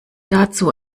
dazu